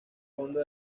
fondo